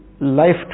life